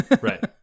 Right